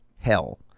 hell